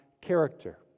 character